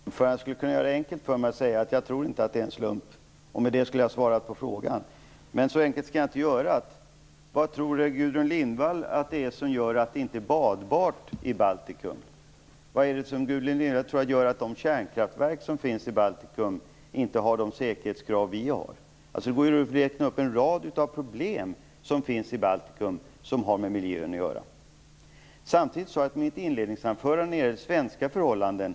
Herr talman! Jag skulle kunna göra det enkelt för mig och på den frågan svara att jag inte tror att det är en slump. Men jag skall inte göra det så enkelt för mig. Vad tror Gudrun Lindvall att det är som gör att vattnet i Baltikum inte är badbart? Varför, Gudrun Lindvall, motsvarar de kärnkraftverk som finns i Baltikum inte de säkerhetskrav som vi ställer upp? Det går att räkna upp en rad av problem som har att göra med miljön i Baltikum. I mitt inledningsanförande tog jag upp svenska förhållanden.